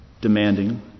demanding